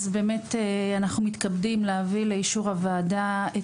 אז באמת אנחנו מתכבדים להביא לאישור הוועדה את